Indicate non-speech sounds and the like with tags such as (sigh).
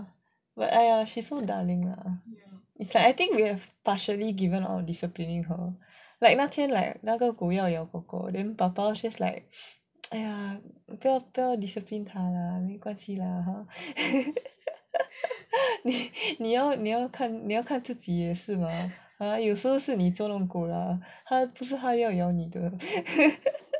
but !aiya! she's so darling ah is like I think we have partially given up disciplining her like 那天 like 那个狗要咬我 then popo just like !aiya! 不要 discipline 她 lah 没关系 lah hor (laughs) 你要看自己也是 mah 有时候是你作弄狗的 ah 不是他要咬你的 (laughs)